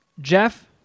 Jeff